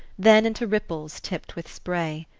then into ripples tipped with spray.